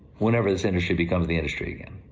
whenever this industry becomes the industry again.